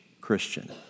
Christian